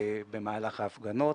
במהלך ההפגנות,